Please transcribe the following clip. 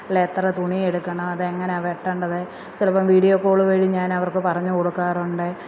എത്ര തുണിയെടുക്കണം അതെങ്ങനെയാണ് വെട്ടണ്ടത് ചിലപ്പം വീഡിയോ കോൾ വഴി ഞാനവര്ക്ക് പറഞ്ഞ് കൊടുക്കാറുണ്ട്